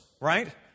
right